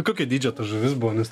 kokio dydžio ta žuvis buvo nes